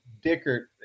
Dickert